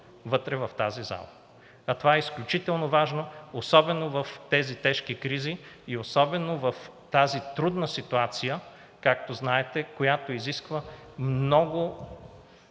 вътре в тази зала, а това е изключително важно, особено в тези тежки кризи и особено в тази трудна ситуация, както знаете, която изисква много